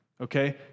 okay